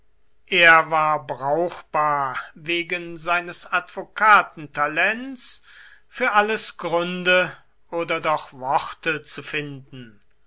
er war brauchbar wegen seines advokatentalents für alles gründe oder doch worte zu finden